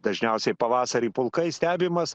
dažniausiai pavasarį pulkais stebimas